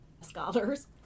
scholars